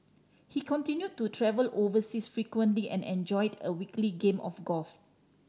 he continue to travel overseas frequently and enjoyed a weekly game of golf